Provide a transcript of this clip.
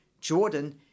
Jordan